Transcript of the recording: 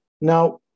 Now